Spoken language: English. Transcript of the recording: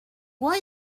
why